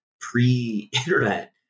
pre-internet